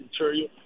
material